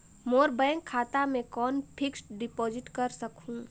मोर bank खाता मे कौन फिक्स्ड डिपॉजिट कर सकहुं?